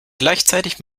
gleichzeitig